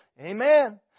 Amen